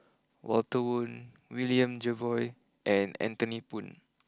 Walter Woon William Jervois and Anthony Poon